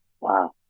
Wow